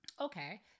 Okay